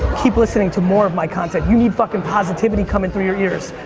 keep listening to more of my content. you need fucking positivity coming through your ears.